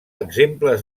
exemples